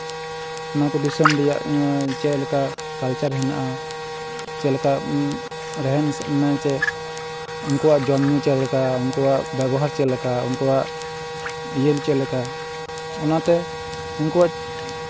ᱚᱱᱟᱠᱚ ᱫᱤᱥᱚᱢ ᱨᱮᱭᱟᱜ ᱪᱮᱫ ᱞᱮᱠᱟ ᱠᱟᱞᱪᱟᱨ ᱦᱮᱱᱟᱜᱼᱟ ᱪᱮᱫ ᱞᱮᱠᱟ ᱨᱮᱦᱮᱱ ᱢᱟᱱᱮ ᱪᱮᱫ ᱩᱱᱠᱩᱣᱟᱜ ᱡᱚᱢᱼᱧᱩ ᱪᱮᱫ ᱞᱮᱠᱟ ᱩᱱᱠᱩᱣᱟᱜ ᱵᱮᱵᱚᱦᱟᱨ ᱪᱮᱫ ᱞᱮᱠᱟ ᱩᱱᱠᱩᱣᱟᱜ ᱩᱭᱦᱟᱹᱨ ᱪᱮᱫ ᱞᱮᱠᱟ ᱚᱱᱟᱛᱮ ᱩᱱᱠᱩᱣᱟᱜ